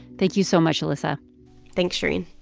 thank you so much, elissa thanks, shereen